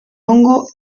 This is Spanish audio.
hongo